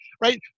right